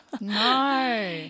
No